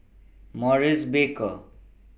Maurice Baker